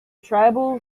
tribal